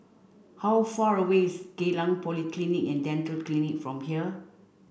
how far away is Geylang Polyclinic and Dental Clinic from here